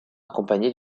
accompagnés